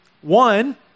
One